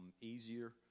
easier